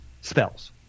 spells